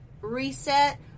reset